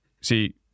See